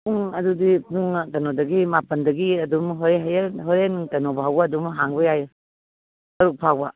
ꯄꯨꯡ ꯑꯗꯨꯗꯤ ꯄꯨꯡ ꯀꯩꯅꯣꯗꯒꯤ ꯃꯥꯄꯜꯗꯒꯤ ꯑꯗꯨꯝ ꯍꯣꯔꯦꯟ ꯍꯌꯦꯡ ꯍꯣꯔꯦꯟ ꯀꯩꯅꯣꯐꯥꯎꯕ ꯑꯨꯗꯝ ꯍꯥꯡꯕ ꯌꯥꯏ ꯇꯔꯨꯛ ꯐꯥꯎꯕ